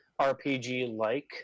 RPG-like